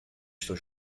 estão